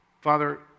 Father